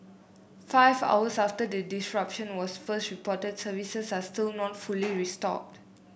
five hours after the disruption was first reported services are still not fully restored